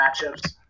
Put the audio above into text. matchups